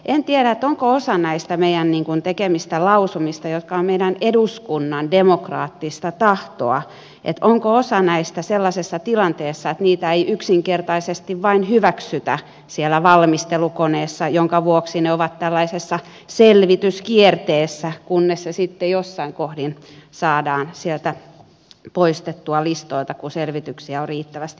en tiedä onko osa näistä meidän tekemistämme lausumista jotka ovat eduskunnan demokraattista tahtoa sellaisessa tilanteessa että niitä ei yksinkertaisesti vain hyväksytä siellä valmistelukoneessa minkä vuoksi ne ovat tällaisessa selvityskierteessä kunnes ne sitten jossain kohdin saadaan poistettua sieltä listoilta kun selvityksiä on riittävästi tehty